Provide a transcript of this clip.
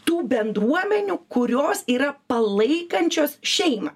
tų bendruomenių kurios yra palaikančios šeimą